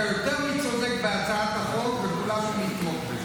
אתה יותר מצודק בהצעת החוק, וכולנו נתמוך בזה.